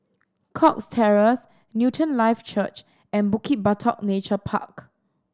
Cox Terrace Newton Life Church and Bukit Batok Nature Park